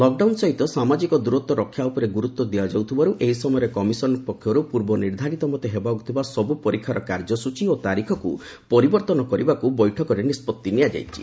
lockdown ସହିତ ସାମାଜିକ ଦୂରତ୍ୱ ରକ୍ଷା ଉପରେ ଗୁରୁତ୍ୱ ଦିଆଯାଉଥିବାରୁ ଏହି ସମୟରେ କମିଶନ ପକ୍ଷରୁ ପୂର୍ବ ନିର୍ଦ୍ଧାରିତ ମତେ ହେବାକୁ ଥିବା ସବୁ ପରୀକ୍ଷାର କାର୍ଯ୍ୟସ୍ତଚୀ ଓ ତାରିଖକୁ ପରିବର୍ତ୍ତନ କରିବାକୁ ବୈଠକରେ ନିଷ୍ପତ୍ତି ନିଆଯାଇଛି